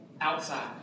outside